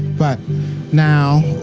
but now,